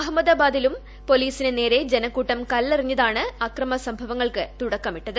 അഹമ്മദാബാദിലും പൊലീസിന് നേരെ ജനക്കൂട്ടം കല്ലെറിഞ്ഞതാണ് അക്രമ സംഭവങ്ങൾക്ക് തുടക്കമിട്ടത്